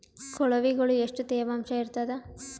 ಕೊಳವಿಗೊಳ ಎಷ್ಟು ತೇವಾಂಶ ಇರ್ತಾದ?